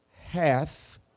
hath